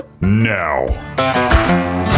Now